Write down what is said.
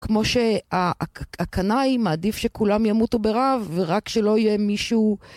כמו שהקנאי, מעדיף שכולם ימותו ברעב ורק שלא יהיה מישהו...